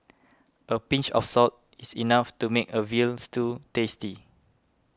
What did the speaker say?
a pinch of salt is enough to make a Veal Stew tasty